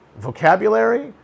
vocabulary